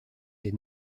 des